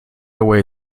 away